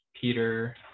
Peter